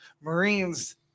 Marines